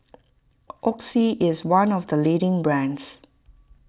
Oxy is one of the leading brands